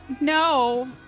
No